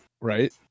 right